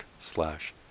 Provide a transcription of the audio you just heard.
slash